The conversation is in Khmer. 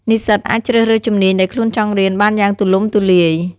និស្សិតអាចជ្រើសរើសជំនាញដែលខ្លួនចង់រៀនបានយ៉ាងទូលំទូលាយ។